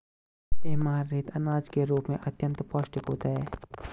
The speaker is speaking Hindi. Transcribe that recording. ऐमारैंथ अनाज के रूप में अत्यंत पौष्टिक होता है